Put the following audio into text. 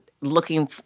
looking